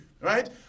right